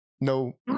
No